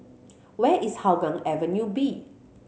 where is Hougang Avenue B